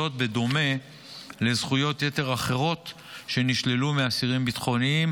זאת בדומה לזכויות יתר אחרות שנשללו מאסירים ביטחוניים,